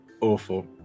awful